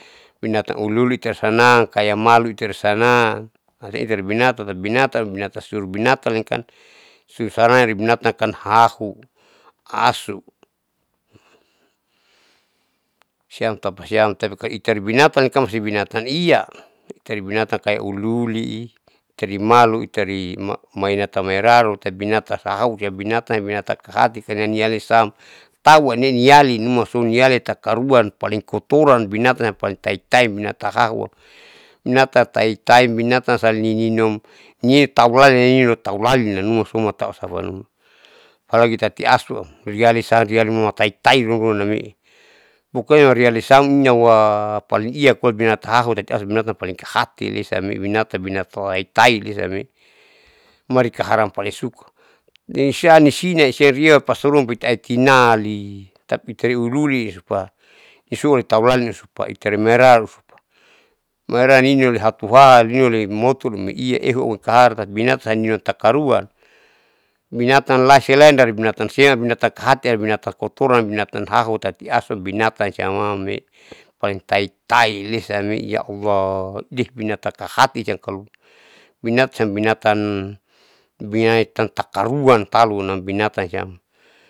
Binatan uliuli tausanang kaya malute itaresanan malee binatan tati binatan binatan suru binatanikan susanari binatan hahu asu siam tapasiam tapi kalo itari binatan kan ibinatan ia itari binatan kaya uliuli ikari malu ikari maiunata mairarute binatan kausiam binatan kahati kaniale niale bisaam tahu upuane niali numa nialitakaruan paling kotoran binatan yang paling taitai binatan hahuam, binatan taitai binatan salininuam niutaulalin niutau lalin nanumasoma tausa asapanuma apalagu tati asuam rialisa nialitaitai ruruhanamei pokonya aurialisam inawa paling iapobinatan hahunam binatan paling kahati lesaame binatan binatan taitai lesa amee marikaharam palingsuka nisa nisinaseri ia pasaruan talibinatan tapi itaeruliulipa nisua taulalin niusupa itari maela maera ninulehatuha linuma loimotoia ehuamkahati tati binatan sihula takaruan, binatan lain selain dari binatan siam binatan kahati ambinatan kotoran binatan hahu tati asuam binatan siam le, paintaitainisaame yaullah dehh binatan kahati siam binatan siam binatan binatan takaruan talunam binatan siam.